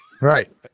right